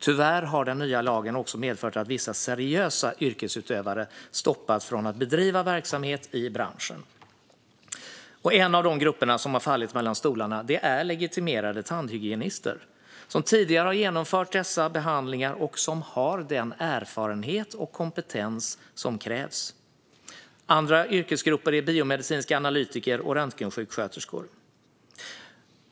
Tyvärr har den nya lagen också medfört att vissa seriösa yrkesutövare stoppats från att bedriva verksamhet i branschen. En av de grupper som har fallit mellan stolarna är legitimerade tandhygienister som tidigare har genomfört dessa behandlingar och har den erfarenhet och kompetens som krävs. Andra yrkesgrupper är biomedicinska analytiker och röntgensjuksköterskor.